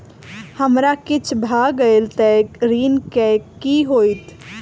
हमरा किछ भऽ गेल तऽ ऋण केँ की होइत?